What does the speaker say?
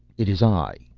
it is i,